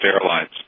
Airlines